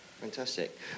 Fantastic